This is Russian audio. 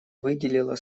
выделила